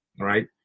right